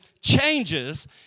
changes